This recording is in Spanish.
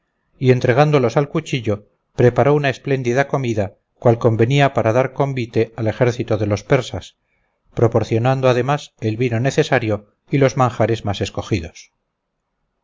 y entregándolos al cuchillo preparó una espléndida comida cual convenía para dar va convite al ejército de los persas proporcionando además el vino necesario y los manjares más escogidos